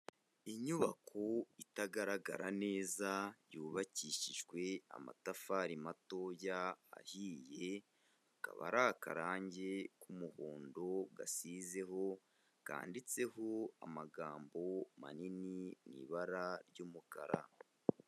Inyubako itagaragara neza yubakishijwe amatafari matoya ahiye, akaba ari akarangi k'umuhondo gasizeho, kandiditseho amagambo manini mu ibara ry'umukara.